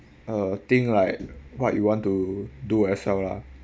uh think like what you want to do as well lah